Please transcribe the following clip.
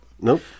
Nope